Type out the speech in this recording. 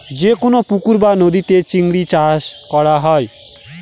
যেকোনো পুকুর বা নদীতে চিংড়ি চাষ করা হয়